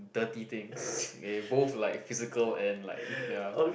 dirty things okay both like physical and like ya